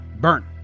burn